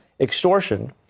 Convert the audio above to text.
extortion